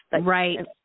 Right